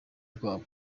rwabo